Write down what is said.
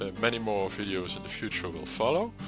ah many more videos in the future will follow.